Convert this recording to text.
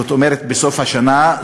זאת אומרת בסוף השנה,